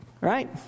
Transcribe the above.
Right